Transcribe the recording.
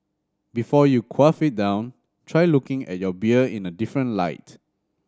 before you quaff it down try looking at your beer in a different light